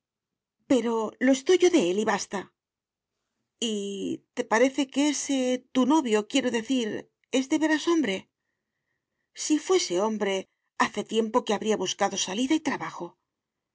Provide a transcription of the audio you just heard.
pero lo estoy yo de él y basta y te parece que ése tu novio quiero decir es de veras hombre si fuese hombre hace tiempo que habría buscado salida y trabajo